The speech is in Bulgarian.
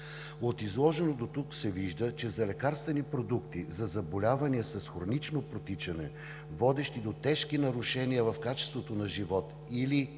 От изложеното дотук се вижда, че за лекарствени продукти за заболявания с хронично протичане, водещи до тежки нарушения в качеството на живот или